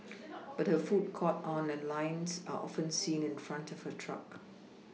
but her food caught on and lines are often seen in front of her truck